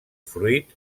fruit